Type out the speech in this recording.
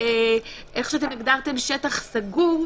איך שהגדרתם שטח סגור,